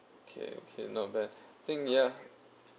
okay okay not bad think ya